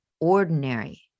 ordinary